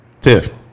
Tiff